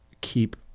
keep